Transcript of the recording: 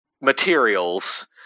materials –